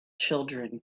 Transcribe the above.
children